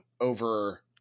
over